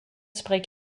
spreek